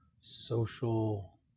social